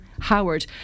Howard